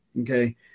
Okay